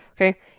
okay